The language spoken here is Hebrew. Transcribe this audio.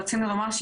רצינו להגיד,